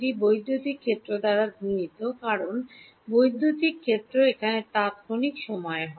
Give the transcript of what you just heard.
ε∞ বৈদ্যুতিক ক্ষেত্র দ্বারা গুণিত কারণ বৈদ্যুতিক ক্ষেত্র এখানে তাত্ক্ষণিক সময়ে হয়